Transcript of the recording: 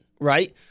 right